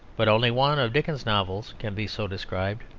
but only one of dickens's novels can be so described.